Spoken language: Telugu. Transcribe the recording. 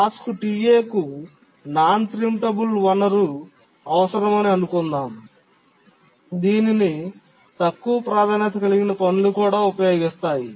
టాస్క్ Ta కు non preemptable వనరు అవసరమని అనుకుందాం దీనిని తక్కువ ప్రాధాన్యత కలిగిన పనులు కూడా ఉపయోగిస్తాయి